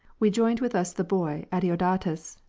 we joined with us the boy adeodatus,